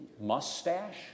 mustache